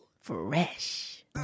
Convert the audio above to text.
Fresh